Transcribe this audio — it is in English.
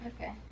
Okay